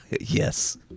yes